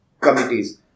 committees